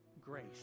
grace